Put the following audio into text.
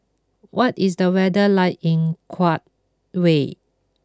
what is the weather like in Kuwait